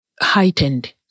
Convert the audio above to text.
heightened